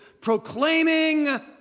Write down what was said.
proclaiming